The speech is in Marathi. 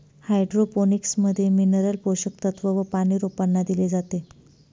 हाइड्रोपोनिक्स मध्ये मिनरल पोषक तत्व व पानी रोपांना दिले जाते